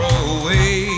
away